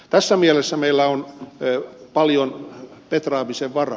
tässä mielessä meillä on paljon petraamisen varaa